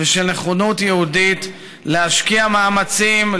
"ושל נכונות יהודית להשקיע מאמצים,